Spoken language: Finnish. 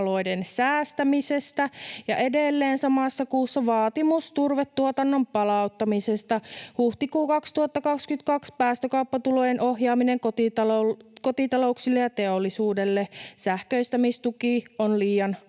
Ja edelleen samassa kuussa: Vaatimus turvetuotannon palauttamisesta. Huhtikuu 2022: Päästökauppatulojen ohjaaminen kotitalouksille ja teollisuudelle. Sähköistämistuki on liian alhainen.